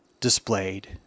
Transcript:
displayed